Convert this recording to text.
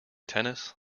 tennis